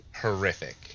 horrific